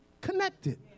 connected